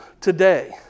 today